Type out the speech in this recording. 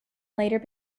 later